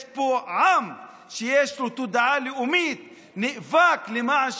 יש פה עם שיש לו תודעה לאומית, נאבק למען שחרורו,